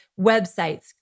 websites